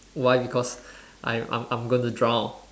why because I I'm I'm going to drown